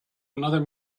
another